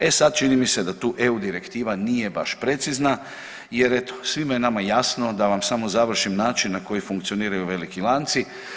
E sad čini mi se da tu EU direktiva nije baš precizna jer eto svima je nama jasno da vam samo završim način na koji funkcioniraju veliki lanci.